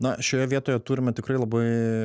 na šioje vietoje turime tikrai labai